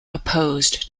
opposed